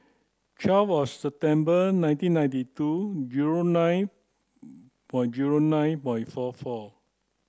twelve September nineteen ninety two zero nine by zero nine by four four